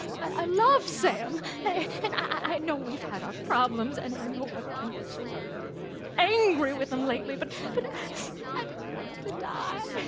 i love sam and i know we've had our problems and i know i've been so angry with him lately, but but ah i didn't him to die!